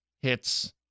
hits